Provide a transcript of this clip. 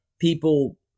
people